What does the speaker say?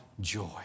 joy